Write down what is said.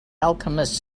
alchemist